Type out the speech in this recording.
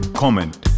comment